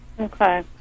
Okay